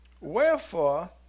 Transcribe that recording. Wherefore